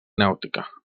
nàutica